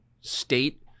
state